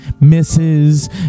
misses